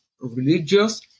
religious